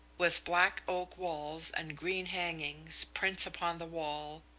with black oak walls and green hangings, prints upon the wall,